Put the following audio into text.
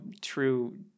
true